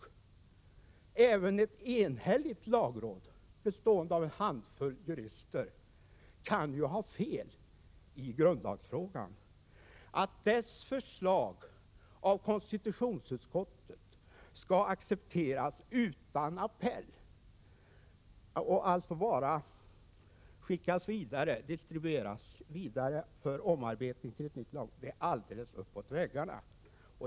Även ett enhälligt lagråd bestående av en handfull jurister kan ju ha fel i grundlagsfrågan. Att dess förslag skulle accepteras av konstitutionsutskottet utan appell och alltså skickas vidare för omarbetning till en ny lag är alldeles uppåt väggarna.